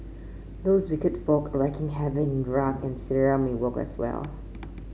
those wicked folk wreaking havoc in Iraq and Syria may work as well